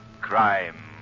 Crime